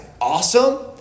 awesome